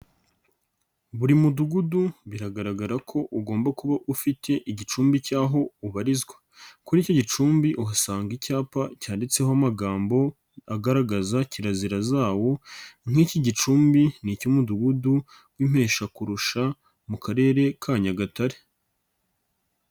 Buri Mudugudu biragaragara ko ugomba kuba ufite igicumbi cy'aho ubarizwa, kuri icyo gicumbi uhasanga icyapa cyanditseho amagambo agaragaza kirazira zawo nk'iki gicumbi ni icy'Umudugudu w'Impeshakurusha mu Karere ka Nyagatare.